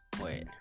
Wait